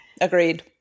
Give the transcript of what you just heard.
agreed